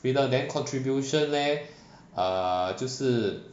freedom then contribution leh 就是